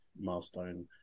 milestone